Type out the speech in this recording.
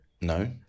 No